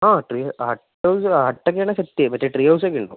ആ tree hut house hut ഒക്കെയാണെങ്കിൽ set മറ്റേ ട്രീ ഹൗസ് ഒക്കെ ഉണ്ടോ